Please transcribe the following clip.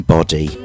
Body